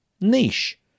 niche